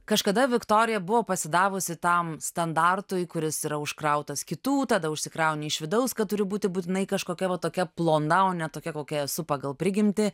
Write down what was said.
kažkada viktorija buvo pasidavusi tam standartui kuris yra užkrautas kitų tada užsikrauni iš vidaus kad turi būti būtinai kažkokia va tokia plona o ne tokia kokia esu pagal prigimtį